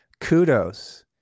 kudos